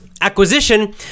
acquisition